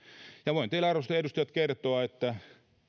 voin teille arvoisat edustajat kertoa että